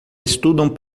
estudam